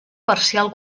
parcial